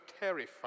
terrified